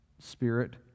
spirit